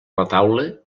retaule